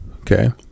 okay